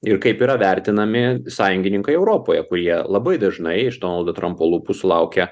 ir kaip yra vertinami sąjungininkai europoje kurie labai dažnai iš donaldo trampo lūpų sulaukia